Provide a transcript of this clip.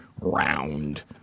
round